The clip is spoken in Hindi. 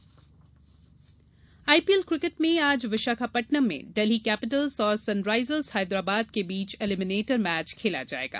आईपीएल आईपीएल क्रिकेट में आज विशाखापत्तनम में डेल्ही कैपिटल्स और सनराइजर्स हैदराबाद के बीच एलिमिनेटर मैच खेला जायेगा